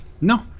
No